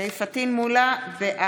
פטין מולא,